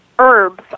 herbs